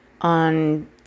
on